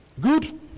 Good